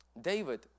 David